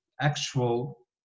actual